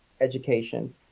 education